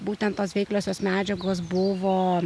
būtent tos veikliosios medžiagos buvo